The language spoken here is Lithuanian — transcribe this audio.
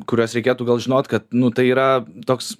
kuriuos reikėtų gal žinot kad nu tai yra toks